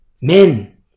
Men